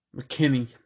McKinney